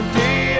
day